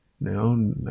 Now